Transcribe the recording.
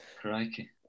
Crikey